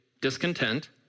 discontent